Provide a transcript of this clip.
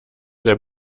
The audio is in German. der